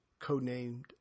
codenamed